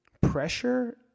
Pressure